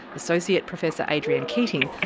associate professor adrian keating,